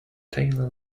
taylor